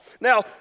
Now